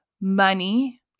money